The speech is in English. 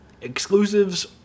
exclusives